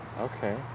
Okay